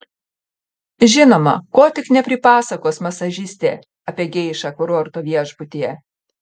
žinoma ko tik nepripasakos masažistė apie geišą kurorto viešbutyje